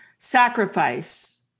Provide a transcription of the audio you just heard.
sacrifice